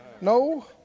No